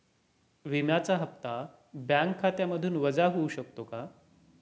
विम्याचा हप्ता बँक खात्यामधून वजा होऊ शकतो का?